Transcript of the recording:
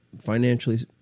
financially